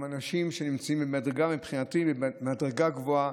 הם אנשים שנמצאים במדרגה מבחינתי גבוהה.